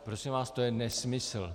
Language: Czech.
Prosím vás, to je nesmysl.